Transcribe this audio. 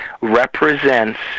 represents